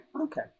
okay